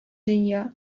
дөнья